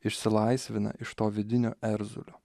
išsilaisvina iš to vidinio erzulio